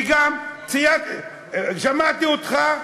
וגם שמעתי אותך,